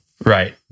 Right